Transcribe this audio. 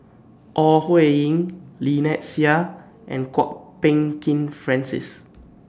Ore Huiying Lynnette Seah and Kwok Peng Kin Francis